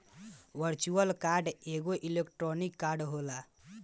virtual card एगो electronic card होला